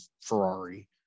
Ferrari